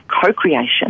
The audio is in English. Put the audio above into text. co-creation